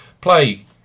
Play